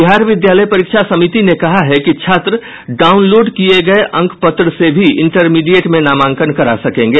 बिहार विद्यालय परीक्षा समिति ने कहा है कि छात्र डाउनलोड किये गये अंकपत्र से भी इंटरमीडिएट में नामांकन करा सकेंगे